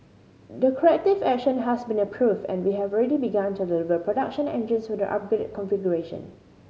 the corrective action has been approved and we have already begun to deliver production engines with the upgraded configuration